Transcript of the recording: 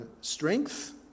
strength